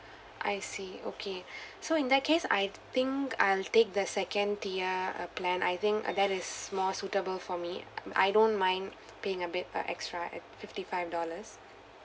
I see okay so in that case I think I'll take the second tier uh plan I think uh that is more suitable for me I don't mind paying a bit uh extra at fifty five dollars